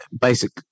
basic